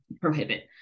prohibit